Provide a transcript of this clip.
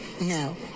No